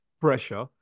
pressure